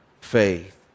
faith